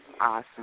awesome